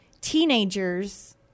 teenagers